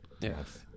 Yes